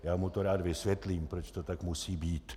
Já mu to rád vysvětlím, proč to tak musí být.